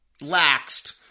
laxed